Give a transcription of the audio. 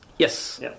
Yes